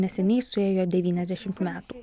neseniai suėjo devyniasdešimt metų